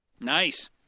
Nice